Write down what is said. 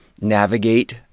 navigate